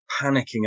panicking